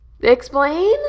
explain